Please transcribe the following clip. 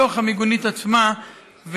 בתוך המיגונית עצמה,